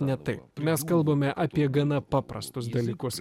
ne tai mes kalbame apie gana paprastus dalykus